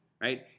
right